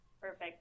Perfect